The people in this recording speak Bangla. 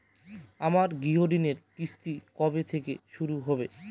আমার গৃহঋণের কিস্তি কবে থেকে শুরু হবে?